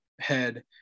head